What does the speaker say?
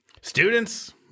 Students